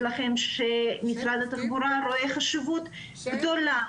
לכם שמשרד התחבורה רואה חשיבות גדולה